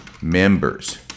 members